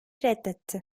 reddetti